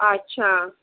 अच्छा